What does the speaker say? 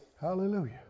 Hallelujah